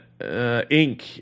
Inc